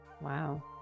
wow